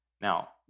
Now